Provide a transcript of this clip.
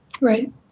Right